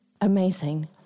amazing